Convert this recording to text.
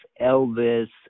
Elvis